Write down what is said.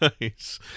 Nice